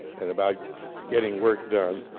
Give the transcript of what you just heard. and about getting work done,